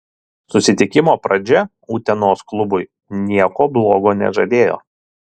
susitikimo pradžia utenos klubui nieko blogo nežadėjo